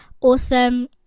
awesome